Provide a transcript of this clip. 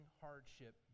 hardship